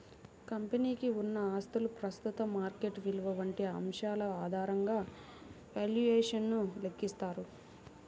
కంపెనీకి ఉన్న ఆస్తుల ప్రస్తుత మార్కెట్ విలువ వంటి అంశాల ఆధారంగా వాల్యుయేషన్ ను లెక్కిస్తారు